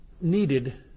needed